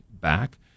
back